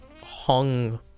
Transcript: hung